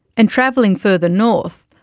and travelling further north,